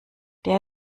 der